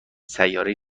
سیارهای